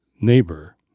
neighbor